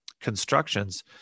constructions